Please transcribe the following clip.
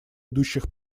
идущих